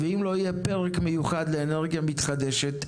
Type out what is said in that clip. ואם לא יהיה פרק מיוחד לאנרגיה מתחדשת,